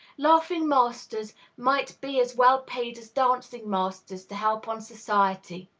laughing masters might be as well paid as dancing masters to help on society!